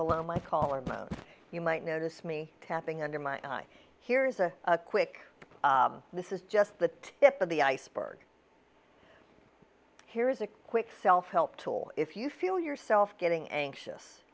below my collarbone you might notice me tapping under my eye here's a quick this is just the tip of the iceberg here is a quick self help tool if you feel yourself getting anxious